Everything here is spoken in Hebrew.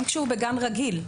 גם כשהוא בגן רגיל.